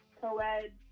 co-ed